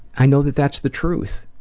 i know that that's the truth,